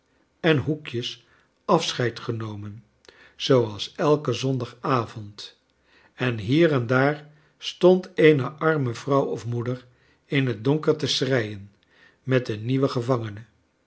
en liqekjes afscheid genomen zooals elken zondagavond en bier en daar stond eene arme vrouw of moeder in het donker te schreien met een nieuwen gevangene